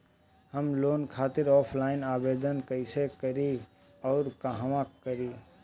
हम लोन खातिर ऑफलाइन आवेदन कइसे करि अउर कहवा करी?